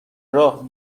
راه